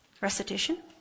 Recitation